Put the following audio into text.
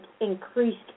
increased